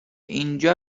اینجا